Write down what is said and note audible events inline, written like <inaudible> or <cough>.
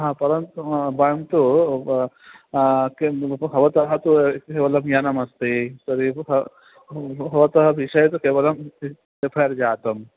हा परन्तु भवान् तु किं भवतु भवतः तु केवलं यानमस्ति <unintelligible> भवतः विषये तु केवलं एफ् ऐ आर् जातम्